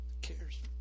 cares